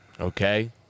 okay